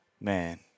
man